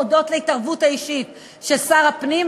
הודות להתערבות האישית של שר הפנים,